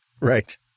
Right